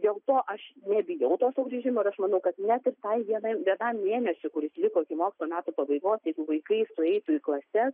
dėl to aš nebijau to sugrįžimo ir aš manau kad net ir tai vienam vienam mėnesiui kuris liko iki mokslo metų pabaigos jeigu vaikai sueitų į klases